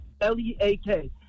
L-E-A-K